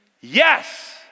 Yes